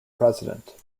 president